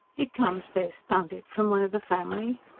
it comes best, don't it, from one of the family?